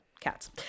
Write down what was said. cats